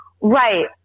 Right